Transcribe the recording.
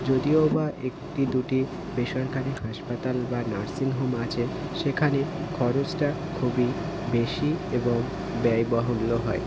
যদিও বা একটি দুটি বেসরকারি হাসপাতাল বা নার্সিংহোম আছে সেখানে খরচটা খুবই বেশি এবং ব্যয়বাহুল্য হয়